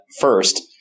first